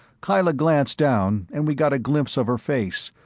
kyla glanced down and we got a glimpse of her face,